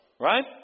Right